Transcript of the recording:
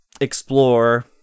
explore